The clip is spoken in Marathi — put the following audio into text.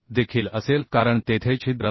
देखील असेल कारण तेथे छिद्र नाही